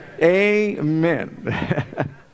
Amen